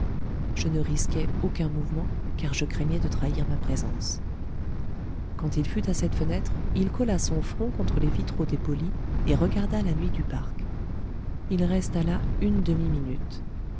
je ne risquai aucun mouvement car je craignais de trahir ma présence quand il fut à cette fenêtre il colla son front contre les vitraux dépolis et regarda la nuit du parc il resta là une